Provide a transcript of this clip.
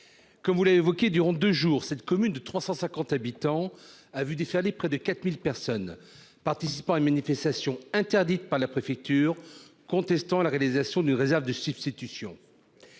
comme vous l'avez évoqué durant 2 jours, cette commune de 350 habitants a vu déferler près de 4000 personnes participant à une manifestation interdite par la préfecture, contestant la réalisation une réserves de substitution,